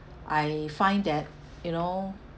I find that you know